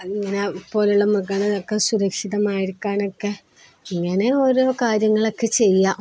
പോലെയുള്ള മൃഗങ്ങളൊക്കെ സുരക്ഷിതമായിരിക്കാനൊക്കെ ഇങ്ങനെ ഓരോ കാര്യങ്ങളൊക്കെ ചെയ്യുക